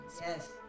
yes